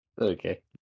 Okay